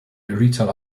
retail